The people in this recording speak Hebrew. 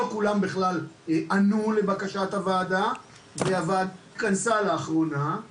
לא כולם בכלל ענו לבקשת הוועדה והוועדה הזו התכנסה לאחרונה בדיון